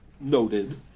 noted